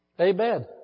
Amen